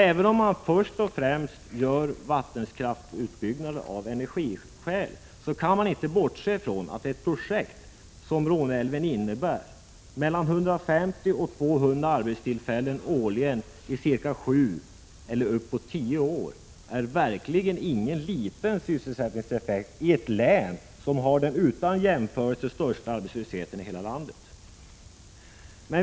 Även om man först och främst gör vattenkraftsutbyggnader av energiskäl, kan man inte bortse från att ett projekt som Råneälven innebär mellan 150 och 200 arbetstillfällen årligen under sju-tio år. Det är verkligen ingen liten sysselsättningseffekt i det län som har den utan jämförelse största arbetslösheten i landet.